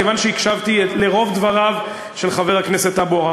כיוון שהקשבתי לרוב דבריו של חבר הכנסת אבו עראר,